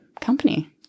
company